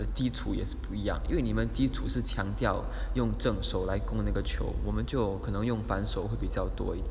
的基础也是不一样因为你们的基础是强调用正手来攻那个球我们就可能用反手会比较多一点